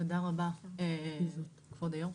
תודה רבה, כבוד היושב-ראש.